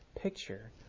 picture